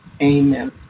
Amen